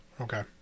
Okay